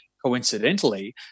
coincidentally